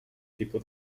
tipo